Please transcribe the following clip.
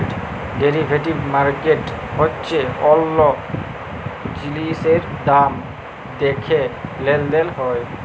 derivative market হচ্যে অল্য জিলিসের দাম দ্যাখে লেলদেল হয়